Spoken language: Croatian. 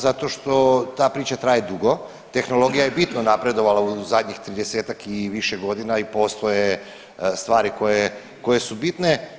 Zato što ta priča traje dugo, tehnologija je bitno napredovala u zadnjih 30-tak i više godina i postoje stvari koje, koje su bitne.